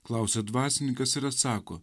klausia dvasininkas ir atsako